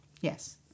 Yes